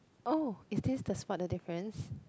oh is this the spot the difference